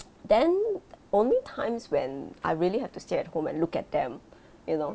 then only times when I really have to stay at home and look at them you know